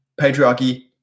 patriarchy